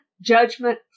judgment